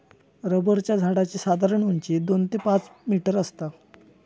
रबराच्या झाडाची साधारण उंची दोन ते पाच मीटर आसता